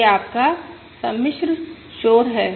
यह आपका सम्मिश्र शोर है